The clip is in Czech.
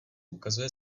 ukazuje